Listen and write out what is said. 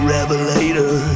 Revelator